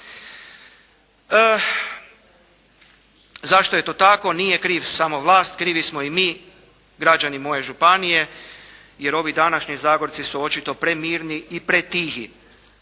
Zašto je to tako? Nije kriva samo vlast, krivi smo i mi, građani moje županije jer ovi današnji Zagorci su očito premirni i pretihi.